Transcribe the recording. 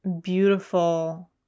beautiful